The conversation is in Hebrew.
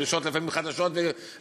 לפעמים עם דרישות חדשות ומעניינות,